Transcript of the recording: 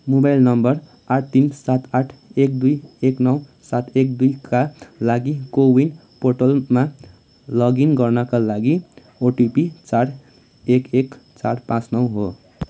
mobile number आठ तिन सात आठ एक दुई एक नौ सात एक दुईका लागि को विन पोर्टलमा लगइन गर्नाका लागि ओटिपी चार एक एक चार पाँच नौ हो